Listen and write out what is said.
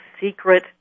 secret